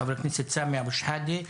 חבר הכנסת סמי אבו שחאדה.